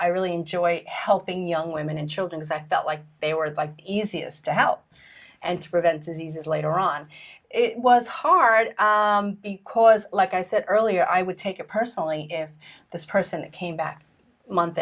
i really enjoy helping young women and children as i felt like they were the easiest to help and to prevent diseases later on it was hard because like i said earlier i would take it personally if this person came back month